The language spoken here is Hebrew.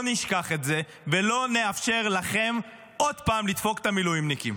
לא נשכח את זה ולא נאפשר לכם עוד פעם לדפוק את המילואימניקים.